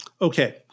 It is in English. Okay